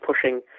pushing